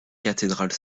cathédrale